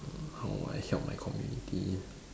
err how I help my community